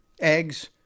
eggs